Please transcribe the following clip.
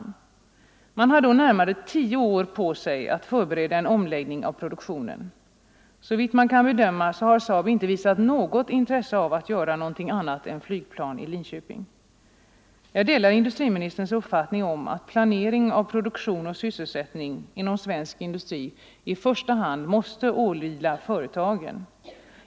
Man hade då närmare tio år på sig att förbereda en omläggning av produktionen. Såvitt man kan bedöma har SAAB inte visat något intresse av att göra någonting annat än flygplan i Linköping. Jag delar industriministerns uppfattning om att planering av produktion och sysselsättning inom svensk industri i första hand måste åvila företagen.